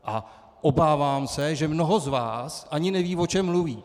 A obávám se, že mnoho z vás ani neví, o čem mluví.